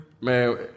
Man